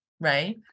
right